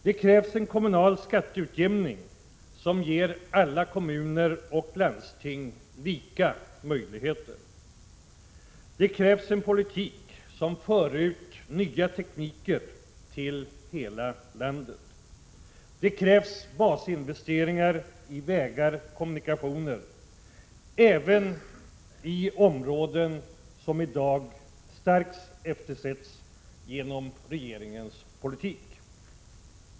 Det krävs en kommunal skatteutjämning som ger alla kommuner och landsting lika möjligheter. Det krävs en politik som för ut nya tekniker i hela landet. Det krävs basinvesteringar i vägar och kommunikationer, även i områden som i dag starkt eftersätts genom regeringens politik.